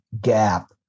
gap